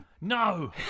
No